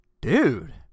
Dude